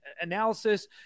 analysis